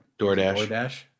DoorDash